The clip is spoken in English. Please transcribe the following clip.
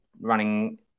running